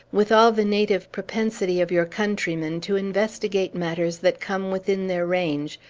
with all the native propensity of your countrymen to investigate matters that come within their range,